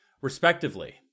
Respectively